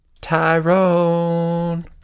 Tyrone